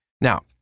Now